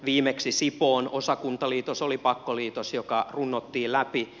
viimeksi sipoon osakuntaliitos oli pakkoliitos joka runnottiin läpi